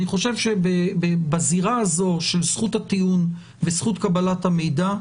אני חושב שבזירה הזו של זכות הטיעון וזכות קבלת המידע,